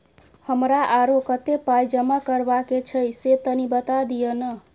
हमरा आरो कत्ते पाई जमा करबा के छै से तनी बता दिय न?